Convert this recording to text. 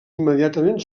immediatament